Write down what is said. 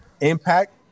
impact